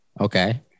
Okay